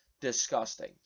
disgusting